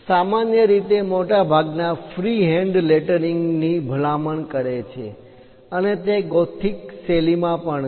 સામાન્ય રીતે મોટાભાગના ફ્રી હેન્ડ લેટરિંગની ભલામણ કરે છે અને તે ગોથિક શૈલીમાં પણ છે